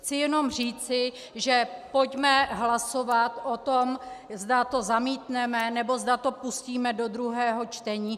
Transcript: Chci jenom říci, pojďme hlasovat o tom, zda to zamítneme, nebo zda to pustíme do druhého čtení.